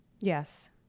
Yes